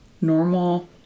normal